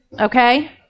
Okay